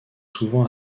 souvent